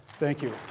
thank you.